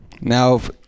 now